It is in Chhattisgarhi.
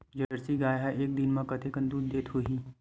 जर्सी गाय ह एक दिन म कतेकन दूध देत होही?